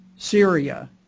Syria